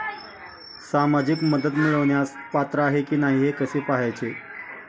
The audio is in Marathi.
सामाजिक मदत मिळवण्यास पात्र आहे की नाही हे कसे पाहायचे?